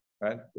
right